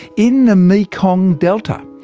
in the mekong delta,